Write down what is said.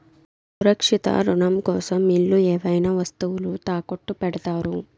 సురక్షిత రుణం కోసం ఇల్లు ఏవైనా వస్తువులు తాకట్టు పెడతారు